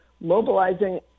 mobilizing